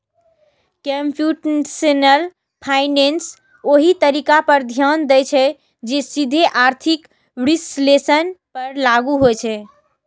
computational finance ओइ तरीका पर ध्यान दै छै, जे सीधे आर्थिक विश्लेषण पर लागू होइ छै